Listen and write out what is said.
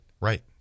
Right